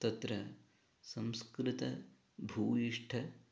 तत्र संस्कृतभूयिष्ठम्